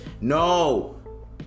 no